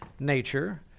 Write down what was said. nature